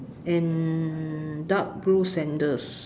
and dark blue sandals